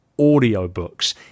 audiobooks